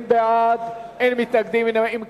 20 בעד, אין מתנגדים ואין נמנעים.